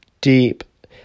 deep